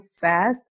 fast